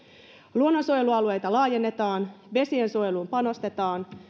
luonnonsuojelualueita laajennetaan vesien suojeluun panostetaan